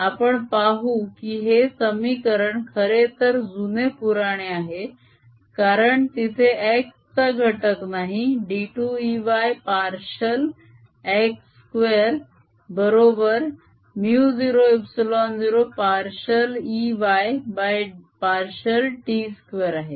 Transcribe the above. आपण पाहू की हे समीकरण खरेतर जुनेपुराणे आहे कारण तिथे x चा घटक नाही d2Ey पार्शिअल x2 बरोबर μ0ε0 पार्शिअल Ey पार्शिअल t 2 आहे